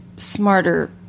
Smarter